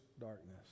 darkness